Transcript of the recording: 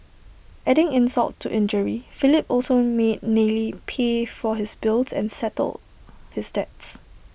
adding insult to injury Philip also made Nellie P for his bills and settle his debts